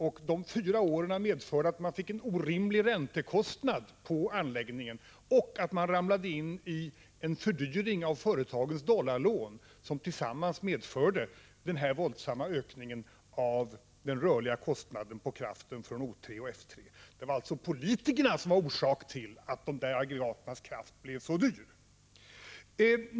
Dessa fyra år medförde att man fick en orimlig räntekostnad på anläggningen och att man ramlade in i en fördyring av företagens dollarlån, som tillsammans medförde denna våldsamma ökning av den rörliga kostnaden på kraften från O 3 och F 3. Det var alltså politikerna som var orsak till att dessa aggregats kraft blev så dyr.